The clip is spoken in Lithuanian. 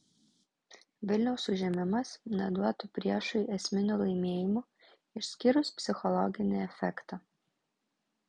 vilniaus užėmimas neduotų priešui esminių laimėjimų išskyrus psichologinį efektą